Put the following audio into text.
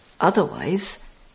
Otherwise